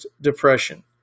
depression